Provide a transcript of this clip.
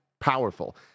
powerful